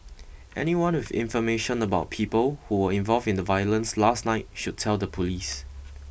anyone with information about people who were involved in the violence last night should tell the police